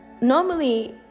normally